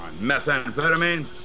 methamphetamine